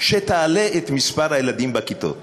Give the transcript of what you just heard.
שתעלה את מספר הילדים בכיתות,